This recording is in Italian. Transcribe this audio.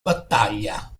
battaglia